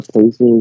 places